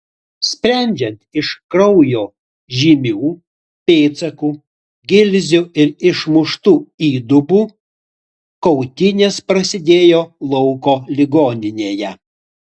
sprendžiant iš kraujo žymių pėdsakų gilzių ir išmuštų įdubų kautynės prasidėjo lauko ligoninėje